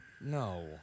No